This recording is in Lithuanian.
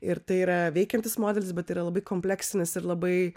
ir tai yra veikiantis modelis bet tai yra labai kompleksinis ir labai